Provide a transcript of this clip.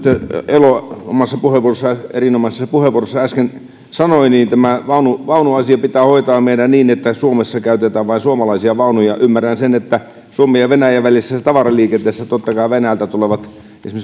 elo omassa erinomaisessa puheenvuorossaan äsken sanoi tämä vaunuasia pitää hoitaa meidän niin että suomessa käytetään vain suomalaisia vaunuja ymmärrän sen että suomen ja venäjän välisessä tavaraliikenteessä totta kai venäjältä esimerkiksi